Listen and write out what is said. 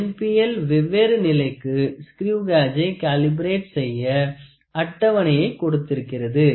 NPL வெவ்வேறு நிலைக்கு screw காஜை காலிபரெட் செய்ய அட்டவணையை கொடுத்திருக்கிறது